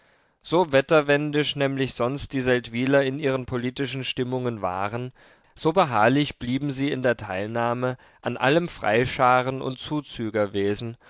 so wetterwendisch nämlich sonst die seldwyler in ihren politischen stimmungen waren so beharrlich blieben sie in der teilnahme an allem freischaren und